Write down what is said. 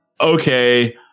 okay